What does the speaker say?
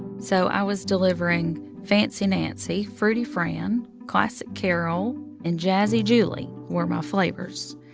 so i was delivering fancy nancy, fruity fran, classic carol and jazzy julie were my flavors.